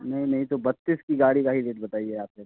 नहीं नहीं तो बत्तीस की गाड़ी का ही रेट बताईये आप फिर